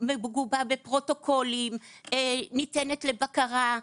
מגובה בפרוטוקולים, ניתנת לבקרה,